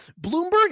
Bloomberg